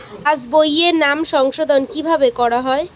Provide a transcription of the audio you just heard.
পাশ বইয়ে নাম সংশোধন কিভাবে করা হয়?